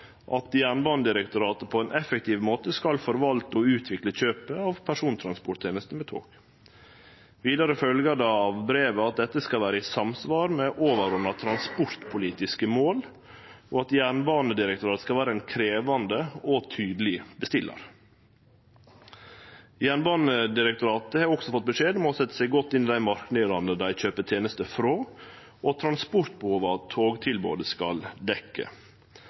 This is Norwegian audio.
at Jernbanedirektoratet på ein effektiv måte skal forvalte og utvikle kjøpet av persontransporttenester med tog. Vidare følgjer det av brevet at dette skal vere i samsvar med overordna transportpolitiske mål, og at Jernbanedirektoratet skal vere ein krevjande og tydeleg bestillar. Jernbanedirektoratet har også fått beskjed om å setje seg godt inn i dei marknadene dei kjøper tenester frå, og transportbehova togtilbodet skal